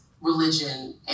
religion